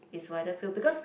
is wider field because